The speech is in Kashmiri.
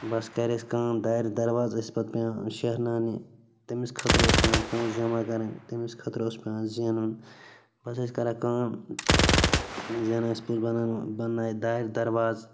بَس کَرِ اَسہِ کٲم دارِ دراوز ٲسۍ پَتہٕ پٮ۪وان شیہرناونہِ تٔمِس خٲطرٕ ٲسۍ پٮ۪وان پونٛسہٕ جَمع کَرٕنۍ تٔمِس خٲطرٕ اوس پٮ۪وان زینُن بَس ٲسۍ کران کٲم زینان ٲسۍ بنٛنایہِ دارِ درواز